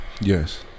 Yes